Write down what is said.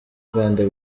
rwanda